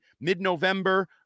mid-november